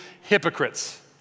hypocrites